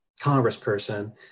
congressperson